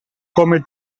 come